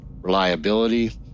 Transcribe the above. reliability